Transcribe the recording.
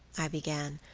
i began,